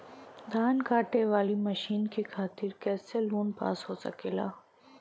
धान कांटेवाली मशीन के खातीर कैसे लोन पास हो सकेला?